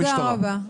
עו"ד כץ, תודה רבה.